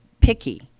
picky